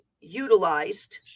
utilized